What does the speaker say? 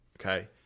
Okay